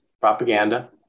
propaganda